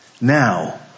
Now